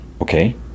okay